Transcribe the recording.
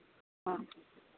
ह्म्म